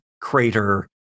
crater